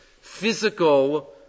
physical